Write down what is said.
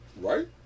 Right